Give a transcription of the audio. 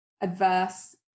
adverse